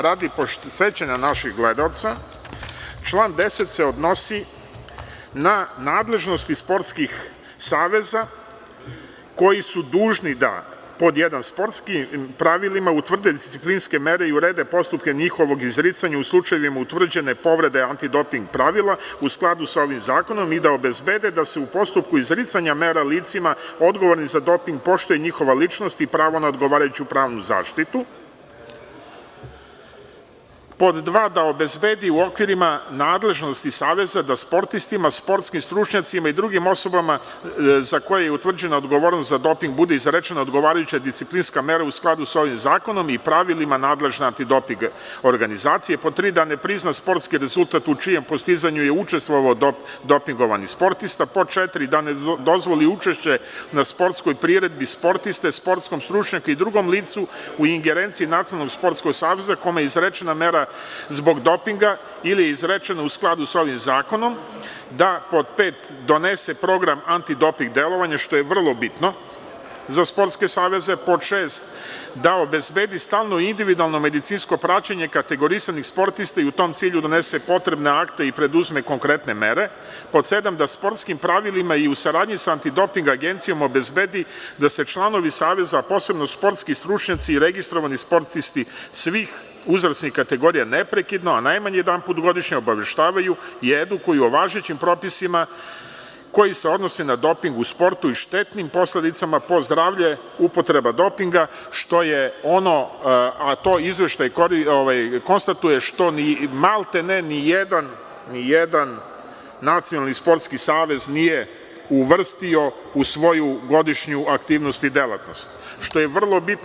Radi podsećanja naših gledalaca, član 10. se odnosi na nadležnosti sportskih saveza koji su dužni da: 1) sportskim pravilima utvrde disciplinske mere i urede postupke njihovog izricanja u slučajevima utvrđene potvrde antidoping pravila u skladu sa ovim zakonom i da obezbede da se u postupku izricanja mera licima odgovornim za doping poštuje njihova ličnost i pravo na odgovarajuću pravnu zaštitu; 2) da obezbedi u okvirima nadležnosti Saveza da sportistima, sportskim stručnjacima i drugim osobama za koje je utvrđena odgovornost za dopingbude izrečena odgovarajuća disciplinska mera u skladu sa ovim zakonom i pravilima nadležne andidoping organizacije; 3) da ne prizna sportski rezultat u čijem postizanju je učestvovao dopingovani sportista; 4) da ne dozvoli učešće na sportskoj priredbi sportiste, sportskom stručnjaku i drugom licu u ingerenciji Nacionalnog sportskog saveza kome je izrečena mera zbog dopinga ili izrečena u skladu sa ovim zakonom; 5) da donese program antidoping delovanja; 6) da obezbedi stalno individualno medicinsko praćnje kategorisanih sportista i u tom cilju donese potrebna akta i preduzme konkretne mere; 7) da sportskim pravilima i u saradnji sa Antidoping agencijom obezbedi da se članovi saveza, posebno sportski stručnjaci i registrovani sportisti svih uzrasnih kategorija neprekidno, a najmanje jedanput godišnje, obaveštavaju i edukuju o važećim propisima koji se odnose na doping u sportu i štetnim posledicama po zdravlje upotreba dopinga, što maltene ni jedan nacionalni sportski savez nije uvrstio u svoju godišnju aktivnost i delatnost, što je vrlo bitno.